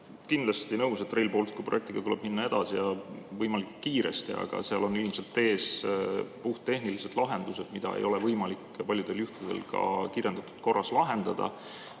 kindlasti nõus, et Rail Balticu projektiga tuleb minna edasi ja võimalikult kiiresti, aga seal on ilmselt ees puhttehnilised [probleemid], mida ei ole võimalik paljudel juhtudel ka kiirendatud korras lahendada.